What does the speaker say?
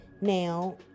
now